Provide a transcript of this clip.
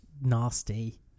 nasty